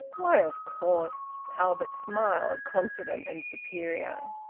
why, of course! albert smiled, confident and superior.